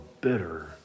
bitter